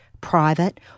private